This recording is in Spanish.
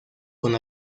con